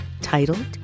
titled